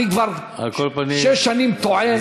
אני כבר שש שנים "טועה",